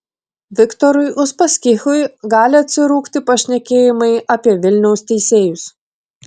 viktorui uspaskichui gali atsirūgti pašnekėjimai apie vilniaus teisėjus